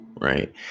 right